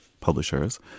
publishers